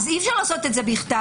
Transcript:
אי אפשר לעשות זאת בכתב.